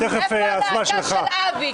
יאללה, נו, איפה הלהקה של אבי?